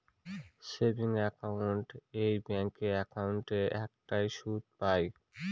savings account এ bank একাউন্টে একটা সুদ পাই